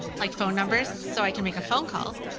like phone numbers, so i can make a phone call.